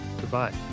Goodbye